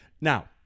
Now